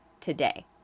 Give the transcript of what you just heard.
today